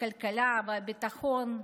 הכלכלה והביטחון.